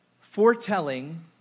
foretelling